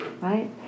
right